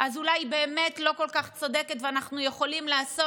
אז אולי היא באמת לא כל כך צודקת ואנחנו יכולים לעשות,